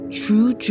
true